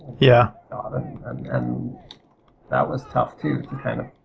yeah ah but and and that was tough too to kind of.